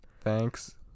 Thanks